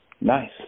Nice